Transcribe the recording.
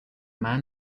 man